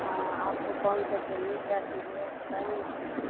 हाँ आपको कौन सा चाहिए क्या चाहिए आप बताएंगी तभी तो